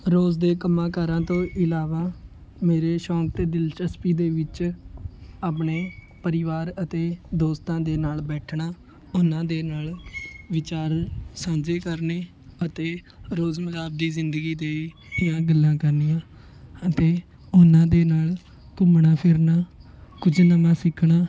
ਰੋਜ਼ ਦੇ ਕੰਮਾਂ ਕਾਰਾਂ ਤੋਂ ਇਲਾਵਾ ਮੇਰੇ ਸ਼ੌਂਕ ਅਤੇ ਦਿਲਚਸਪੀ ਦੇ ਵਿੱਚ ਆਪਣੇ ਪਰਿਵਾਰ ਅਤੇ ਦੋਸਤਾਂ ਦੇ ਨਾਲ ਬੈਠਣਾ ਉਹਨਾਂ ਦੇ ਨਾਲ ਵਿਚਾਰ ਸਾਂਝੇ ਕਰਨੇ ਅਤੇ ਰੋਜ਼ ਮਿਲਾਪ ਦੀ ਜ਼ਿੰਦਗੀ ਦੇ ਜਾਂ ਗੱਲਾਂ ਕਰਨੀਆਂ ਅਤੇ ਉਹਨਾਂ ਦੇ ਨਾਲ ਘੁੰਮਣਾ ਫਿਰਨਾ ਕੁਝ ਨਵਾਂ ਸਿੱਖਣਾ